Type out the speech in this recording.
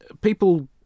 people